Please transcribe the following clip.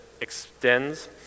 extends